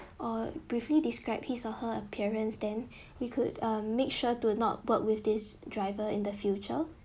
or briefly describe his or her appearance then we could um make sure to not work with this driver in the future